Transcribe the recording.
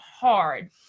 hard